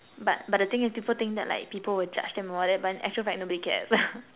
but but the thing is people think that like people will judge them and all that but in actual fact nobody cares